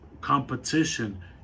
competition